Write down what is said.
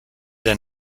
der